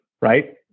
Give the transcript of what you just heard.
right